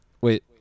Wait